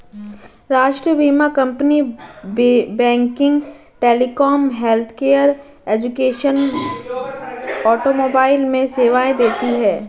राष्ट्रीय बीमा company banking, telecom, healthcare, education, automobile में सेवाएं देती है